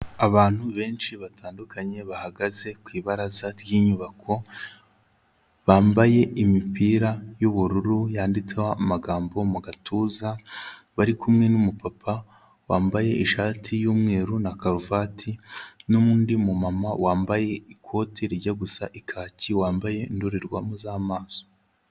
Abantu benshi batandukanye bahagaze ku ibaraza ry'inyubako, bambaye imipira y'ubururu yanditseho amagambo mu gatuza, bari kumwe n'umupapa wambaye ishati y'umweru na karuvati n'undi mumama wambaye ikoti rijya gusa kaki wambaye indorerwamo z'amaso.